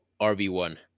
RB1